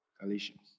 Galatians